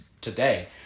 today